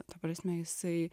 ta prasme jisai